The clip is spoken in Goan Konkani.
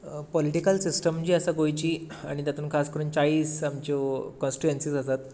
पाॅलिटिकल सिस्टम जी आसा गोंयची आनी तातूंत खास करून चाळीस आमच्यो कोन्स्टीट्युएंसीस आसात